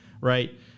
Right